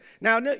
now